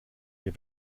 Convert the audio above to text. wir